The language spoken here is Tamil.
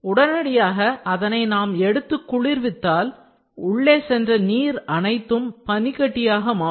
உடனடியாக அதனை நாம் எடுத்து குளிர்வித்தால் உள்ளே சென்ற நீர் அனைத்தும் பனிக்கட்டியாக மாறும்